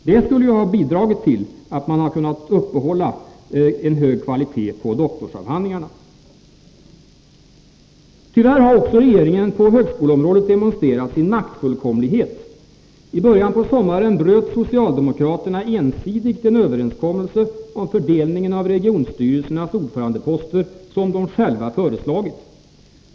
Det skulle ha bidragit till att hålla kvaliteten på doktorsavhandlingarna på en hög nivå. Tyvärr har regeringen också på högskoleområdet demonstrerat sin maktfullkomlighet. I början av sommaren bröt socialdemokraterna ensidigt en överenskommelse om fördelningen av regionstyrelsernas ordförandeposter som de själva föreslagit.